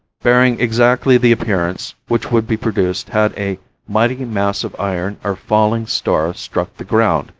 bearing exactly the appearance which would be produced had a mighty mass of iron or falling star struck the ground,